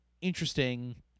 interesting